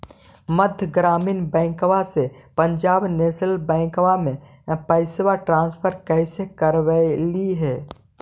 मध्य ग्रामीण बैंकवा से पंजाब नेशनल बैंकवा मे पैसवा ट्रांसफर कैसे करवैलीऐ हे?